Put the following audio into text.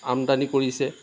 আমদানি কৰিছে